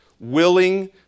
willing